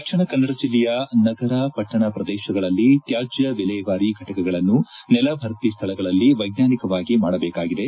ದಕ್ಷಿಣ ಕನ್ನಡ ಜಿಲ್ಲೆಯ ನಗರ ಪಟ್ಟಣ ಪ್ರದೇಶಗಳಲ್ಲಿ ತ್ಯಾಜ್ಯ ವಿಲೇವಾರಿ ಘಟಕಗಳನ್ನು ನೆಲಭರ್ತಿ ಸ್ಥಳಗಳಲ್ಲಿ ವೈಜ್ಞಾನಿಕವಾಗಿ ಮಾಡಬೇಕಾಗಿದೆ